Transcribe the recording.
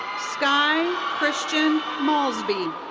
skye christian maulsby.